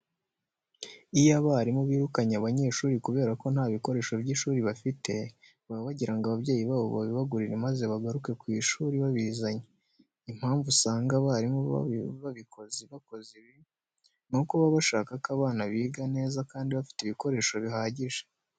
Iyo abarimu birukanye abanyeshuri kubera ko nta bikoresho by'ishuri bafite, baba bagira ngo ababyeyi babo babibagurire maze bagaruke ku ishuri babizanye. Impamvu usanga aba barimu bakoze ibi, nuko baba bashaka ko abana biga neza kandi bafite ibikoresho bihagije.